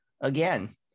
again